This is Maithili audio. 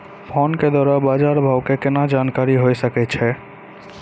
फोन के द्वारा बाज़ार भाव के केना जानकारी होय सकै छौ?